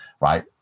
right